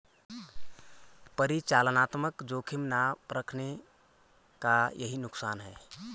परिचालनात्मक जोखिम ना परखने का यही नुकसान है